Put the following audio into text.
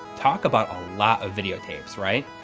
talk about a lot of video tapes, right?